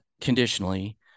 conditionally